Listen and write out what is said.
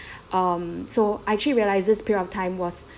um so I actually realize this period of time was